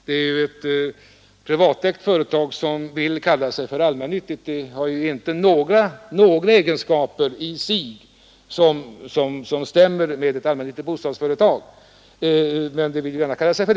Det är ju ett privatägt företag som vill kalla sig allmännyttigt — utan att ha några egenskaper i sig som stämmer med ett allmännyttigt bostadsföretags.